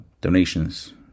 donations